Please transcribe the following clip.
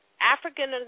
African